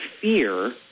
fear